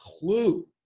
clue